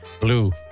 Blue